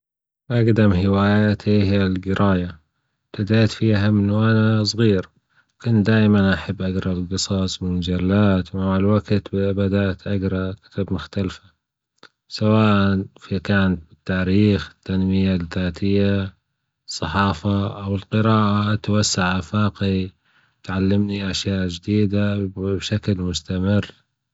أجدم هواياتي هي الجراية بديت فيها من وأنا صغير، كنت دايم أحب أجرأ الجصص والمجلات، مع الوجت بدأت أجرأ حاجات مختلفة سواء كانت في التاريخ، التنمية الذاتية، الصحافة، القراءة توسع آفاقي وتعلمني أشياء جديدة بشكل مستمر.